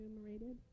enumerated